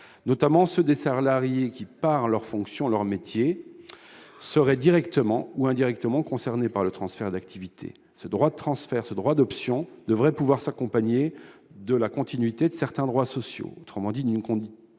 notamment ceux d'entre eux qui, du fait de leur fonction ou de leur métier, seraient directement ou indirectement concernés par le transfert d'activité ? Ce droit d'option devrait pouvoir s'accompagner de la continuité de certains droits sociaux, autrement dit d'une continuité